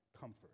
comfort